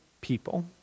people